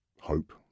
hope